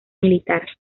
militar